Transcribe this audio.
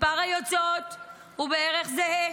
מספר היוצאות הוא בערך זהה.